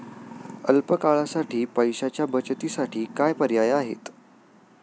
अल्प काळासाठी पैशाच्या बचतीसाठी काय पर्याय आहेत?